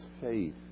faith